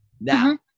now